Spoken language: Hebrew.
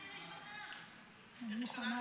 כבוד